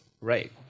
Right